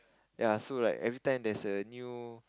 ya so like every time there's a new